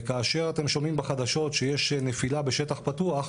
וכאשר אתם שומעים בחדשות שיש נפילה בשטח פתוח,